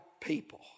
people